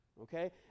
Okay